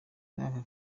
bw’aka